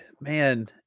man